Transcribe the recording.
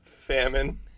Famine